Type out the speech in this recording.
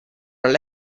alle